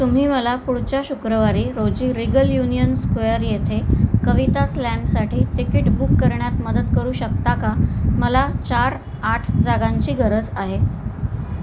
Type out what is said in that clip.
तुम्ही मला पुढच्या शुक्रवारी रोजी रिगल युनियन स्क्वेअर येथे कविता स्लॅमसाठी तिकीट बुक करण्यात मदत करू शकता का मला चार आठ जागांची गरज आहे